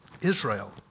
Israel